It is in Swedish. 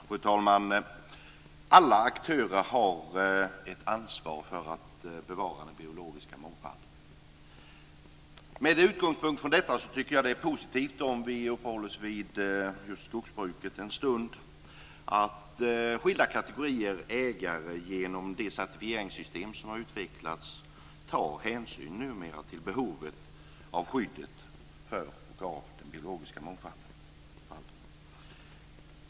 Fru talman! Alla aktörer har ett ansvar för att den biologiska mångfalden bevaras. Med utgångspunkt i detta är det positivt om vi uppehåller oss vid just skogsbruket en stund. Genom det certifieringssystem som har utvecklats tar numera skilda kategorier ägare hänsyn till behovet av skydd av den biologiska mångfalden.